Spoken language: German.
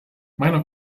meiner